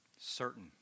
Certain